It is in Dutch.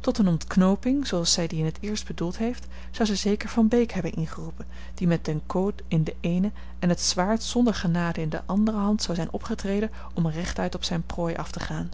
tot eene ontknooping zooals zij die in t eerst bedoeld heeft zou zij zeker van beek hebben ingeroepen die met den code in de eene en het zwaard zonder genade in de andere hand zou zijn opgetreden om rechtuit op zijne prooi af te gaan